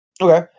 Okay